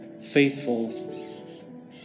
faithful